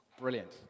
Brilliant